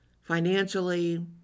financially